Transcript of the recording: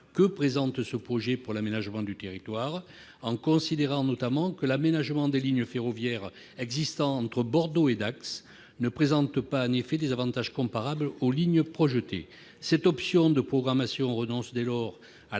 que présente ce projet pour l'aménagement du territoire », en considérant notamment que « l'aménagement des lignes ferroviaires existantes entre Bordeaux et Dax [...] ne présente pas en effet des avantages comparables aux lignes projetées. » Cette option de programmation tend dès lors à